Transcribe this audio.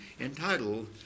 entitled